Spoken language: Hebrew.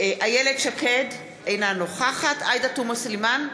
איילת שקד, אינה נוכחת עאידה תומא סלימאן,